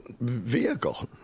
vehicle